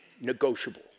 negotiable